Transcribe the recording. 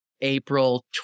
April